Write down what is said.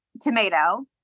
tomato